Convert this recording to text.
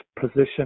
position